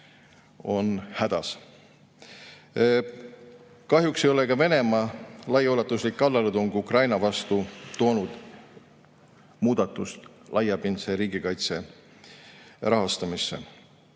on hädas. Kahjuks ei ole ka Venemaa laiaulatuslik kallaletung Ukraina vastu toonud muudatust laiapindse riigikaitse rahastamisse.